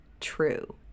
true